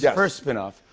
yeah first spin-off.